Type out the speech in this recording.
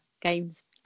games